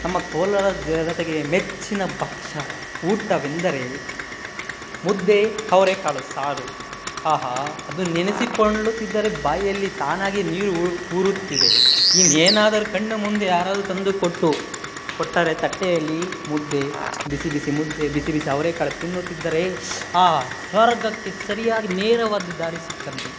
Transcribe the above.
ನಮ್ಮ ಕೋಲಾರ ಜನತೆಗೆ ಮೆಚ್ಚಿನ ಭಕ್ಷ್ಯ ಊಟವೆಂದರೆ ಮುದ್ದೆ ಅವ್ರೆಕಾಳು ಸಾರು ಆಹಾ ಅದನ್ ನೆನೆಸಿಕೊಳ್ಳುತ್ತಿದ್ದರೆ ಬಾಯಲ್ಲಿ ತಾನಾಗೇ ನೀರು ಬರುತ್ತಿದೆ ಇನ್ಯೇನಾದರೂ ಕಣ್ಣ ಮುಂದೆ ಯಾರಾದರೂ ತಂದು ಕೊಟ್ಟು ಕೊಟ್ಟರೆ ತಟ್ಟೆಯಲ್ಲಿ ಮುದ್ದೆ ಬಿಸಿ ಬಿಸಿ ಮುದ್ದೆ ಬಿಸಿ ಬಿಸಿ ಅವ್ರೆಕಾಳು ತಿನ್ನುತ್ತಿದ್ದರೇ ಆ ಸ್ವರ್ಗಕ್ಕೆ ಸರಿಯಾಗಿ ನೇರವಾದ ದಾರಿ ಸಿಕ್ಕಂತೆ